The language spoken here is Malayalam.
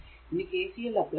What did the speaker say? ഇനി KCL അപ്ലൈ ചെയ്യുക